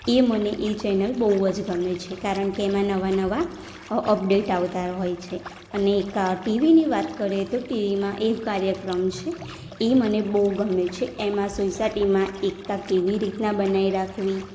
એ મને એ ચેનલ બહુ જ ગમે છે કારણ કે એમાં નવા નવા અપડેટ આવતા હોય છે અને એક આ ટીવીની વાત કરીએ તો ટીવીમાં એક કાર્યક્રમ છે એ મને બહુ ગમે છે એમાં સોસાયટીમાં એકતા કેવી રીતના બનાવી રાખવી